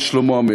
משלמה המלך?